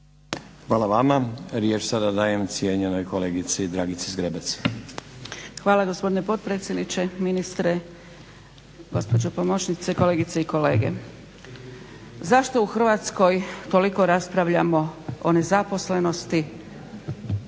Hvala vama. Riječ sada dajem cijenjenoj kolegici Dragici Zgrebec. **Zgrebec, Dragica (SDP)** Hvala gospodine potpredsjedniče, ministre, gospođo pomoćnice, kolegice i kolege. Zašto u Hrvatskoj toliko raspravljamo o nezaposlenosti,